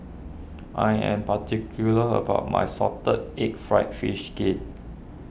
I am particular about my Salted Egg Fried Fish Skin